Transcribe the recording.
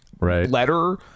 letter